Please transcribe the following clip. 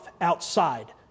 outside